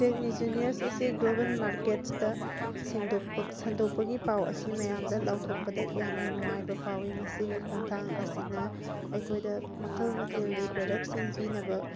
Technigenius ꯑꯁꯤ global ꯃꯥꯔꯀꯦꯠꯁꯇ ꯁꯟꯗꯣꯛꯄꯒꯤ ꯄꯥꯎ ꯑꯁꯤ ꯃꯌꯥꯝꯗ ꯂꯥꯎꯊꯣꯛꯄꯗ ꯌꯥꯝꯅ ꯅꯨꯡꯉꯥꯏꯕ ꯐꯥꯎꯋꯤ ꯃꯁꯤꯒꯤ ꯈꯣꯡꯊꯥꯡ ꯑꯁꯤꯅ ꯑꯩꯈꯣꯏꯗ ꯃꯈꯜ ꯃꯊꯦꯜꯒꯤ ꯄ꯭ꯔꯗꯛꯁꯤꯡ ꯄꯤꯅꯕ